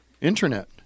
internet